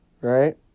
right